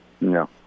No